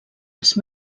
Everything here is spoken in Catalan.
els